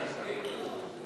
היה עושה עכשיו?